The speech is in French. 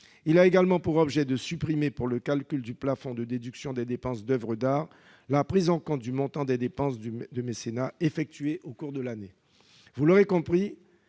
Il a également pour objet de supprimer, pour le calcul du plafond de déduction des dépenses d'oeuvres d'art, la prise en compte du montant des dépenses de mécénat effectuées au cours de l'année.